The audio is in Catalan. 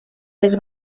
les